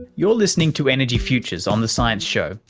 you're listening to energy futures on the science show,